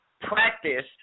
practice